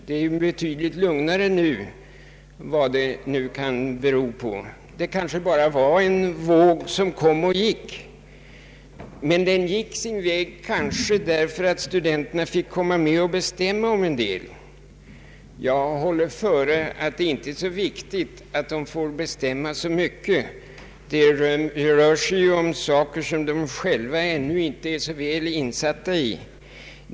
Det är betydligt lugnare nu, vad det kan bero på. Det kanske bara var en våg som kom och gick. Kanske gick den sin väg därför att studenterna fick vara med och bestämma om en del. Jag håller före att det inte är så viktigt att de får vara med och bestämma så mycket. Det rör sig ju om saker som de ännu inte är så väl insatta i.